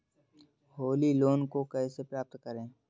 Holi loan को कैसे प्राप्त करें?